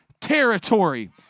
territory